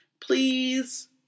please